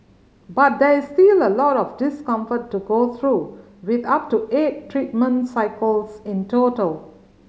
but there is still a lot of discomfort to go through with up to eight treatment cycles in total